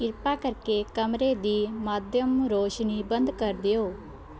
ਕਿਰਪਾ ਕਰਕੇ ਕਮਰੇ ਦੀ ਮੱਧਮ ਰੌਸ਼ਨੀ ਬੰਦ ਕਰ ਦਿਓ